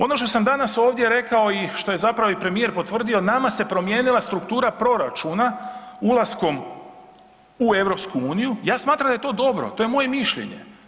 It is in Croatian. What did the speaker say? Ono što sam danas ovdje rekao i što je zapravo i premijer potvrdio nama se promijenila struktura proračuna ulaskom u EU, ja smatram da je to dobro, to je moje mišljenje.